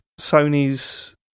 Sony's